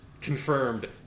confirmed